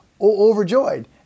overjoyed